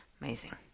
amazing